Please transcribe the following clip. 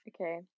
okay